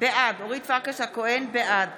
בעד